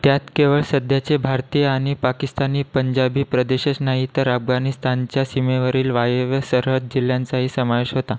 त्यात केवळ सध्याचे भारतीय आणि पाकिस्तानी पंजाबी प्रदेशच नाही तर अफगाणिस्तानच्या सीमेवरील वायव्य सरहद जिल्ह्यांचाही समावेश होता